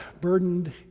Burdened